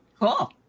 Cool